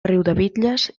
riudebitlles